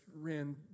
ran